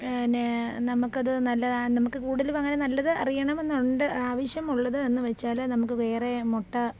പിന്നേ നമ്മൾക്ക് അത് നല്ലതാണ് നമുക്ക് കൂടുതലും അങ്ങനെ നല്ലത് അറിയണമെന്നുണ്ട് ആവശ്യമുള്ളത് എന്ന് വച്ചാൽ നമുക്ക് വേറെ മുട്ട